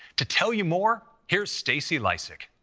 to tell you more, here's stacey lysik.